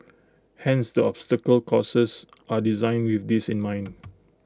hence the obstacle courses are designed with this in mind